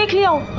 you